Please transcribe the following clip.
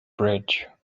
bridge